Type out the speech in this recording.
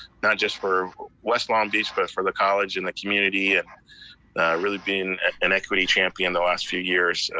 not just for west long beach, but for the college and the community, and really being an equity champion the last few years